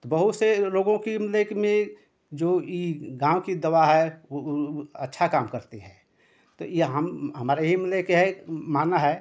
तो बहुत से लोगों की मतलब कि मैं जो यह गाँव की दवा है वह अच्छा काम करती है तो यह हम हमारा यही मतलब कि है मानना है